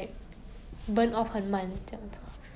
so it's because of their thyroid